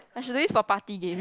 I should do this for party games